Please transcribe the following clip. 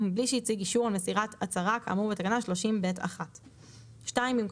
ומבלי שהציג אישור על מסירת הצהרה כאמור בתקנה 30(ב1)"; במקום